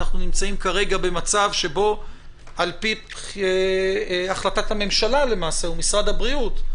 אנחנו נמצאים כרגע במצב שבו על פי החלטת הממשלה או משרד הבריאות,